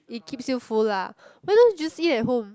it keeps you full lah what else do you see at home